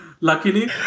Luckily